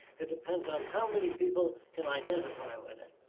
it depends on how many people can identify with it.